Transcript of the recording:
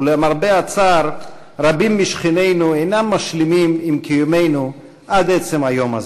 ולמרבה הצער רבים משכנינו אינם משלימים עם קיומנו עד עצם היום הזה.